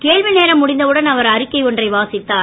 கேள்வி நேரம் முடிந்தவுடன் அவர் அறிக்கை ஒன்றை வாசித்தார்